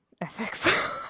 ethics